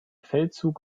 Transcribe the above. feldzug